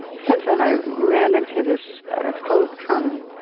since then, i ran into this quote from